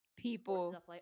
people